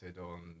on